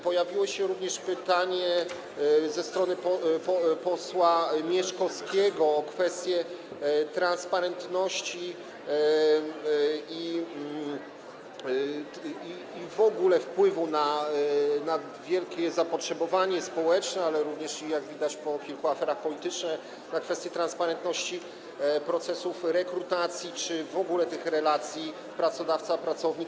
Pojawiło się również pytanie ze strony posła Mieszkowskiego o kwestie transparentności i w ogóle odpowiedzi na wielkie zapotrzebowanie społeczne, ale również, jak widać po kilku aferach, polityczne na sprawy transparentności procesów rekrutacji czy w ogóle relacji pracodawca - pracownik.